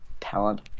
talent